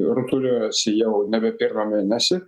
rutuliojasi jau nebe pirmą mėnesį